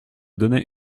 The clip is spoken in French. donner